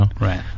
right